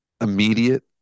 immediate